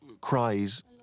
cries